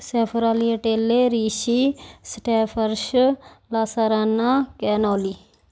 sfogliatelle Rishi ਸਟੈਫਰਸ਼ ਬਾਸਾਰਾਨਾ ਕੈਨੋਲੀ